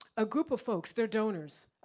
a group of folks, they're donors.